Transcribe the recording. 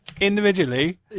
individually